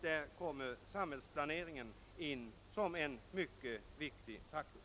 Där kommer samhällsplaneringen in som en mycket viktig faktor.